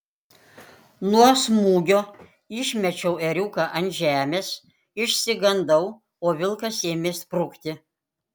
nuo smūgio išmečiau ėriuką ant žemės išsigandau o vilkas ėmė sprukti